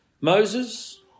Moses